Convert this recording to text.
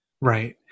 Right